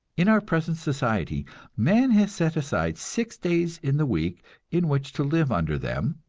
in our present society man has set aside six days in the week in which to live under them,